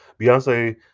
Beyonce